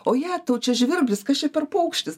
o jetau čia žvirblis kas čia per paukštis